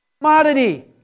commodity